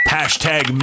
Hashtag